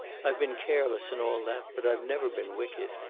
i've been careless and all that, but i've never been wicked.